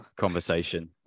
conversation